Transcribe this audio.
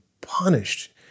punished